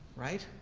right?